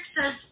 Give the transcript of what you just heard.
says